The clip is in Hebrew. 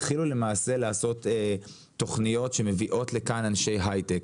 התחילו למעשה לעשות תוכניות שמביאות לכאן אנשי היי-טק.